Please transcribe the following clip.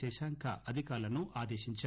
శశాంక అధికారులను ఆదేశించారు